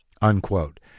unquote